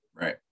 Right